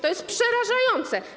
To jest przerażające.